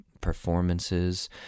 performances